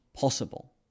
possible